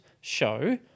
show